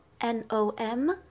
N-O-M